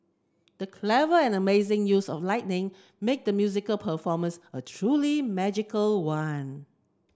the clever and amazing use of lighting made the musical performance a truly magical one